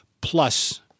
plus